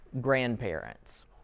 grandparents